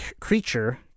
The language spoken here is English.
creature